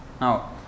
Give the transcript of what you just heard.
Now